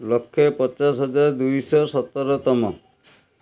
ଲକ୍ଷେ ପଚାଶ ହଜାର ଦୁଇଶହ ସତରତମ